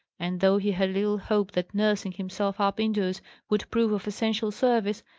and though he had little hope that nursing himself up indoors would prove of essential service,